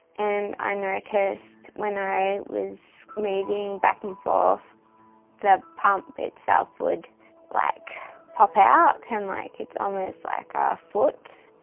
and i noticed when i was moving back and forth the pump itself would like pop out and like it's almost like a foot.